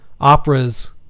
operas